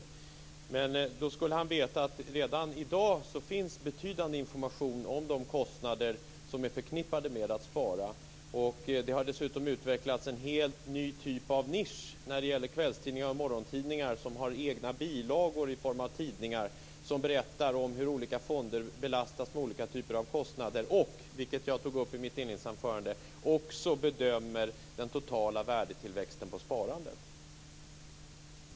Om han gör det skulle han veta att det redan i dag finns betydande information om de kostnader som är förknippade med sparande. Det har dessutom utvecklats en helt ny nisch när det gäller detta. Kvällstidningar och morgontidningar har bilagor, i form av tidningar, där man berättar hur olika fonder belastas med olika typer av kostnader. Och man bedömer också den totala värdetillväxten på sparandet, vilket jag tog upp i mitt inledningsanförande.